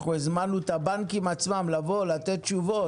אנחנו הזמנו את הבנקים עצמם לבוא ולתת תשובות,